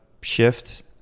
shift